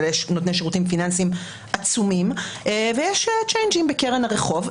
אבל יש נותני שירותים פיננסיים עצומים ויש חלפנים בקרן הרחוב,